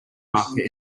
marker